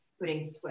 putting